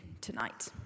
tonight